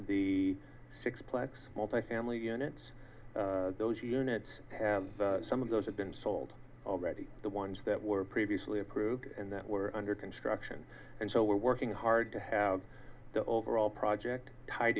the six plex multifamily units those units have some of those have been sold already the ones that were previously approved and that were under construction and so we're working hard to have the overall project tied